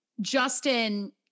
Justin